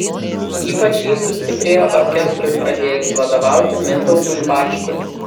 ypač ji sustiprėjo orkestrui pradėjus vadovauti mindaugui bačkui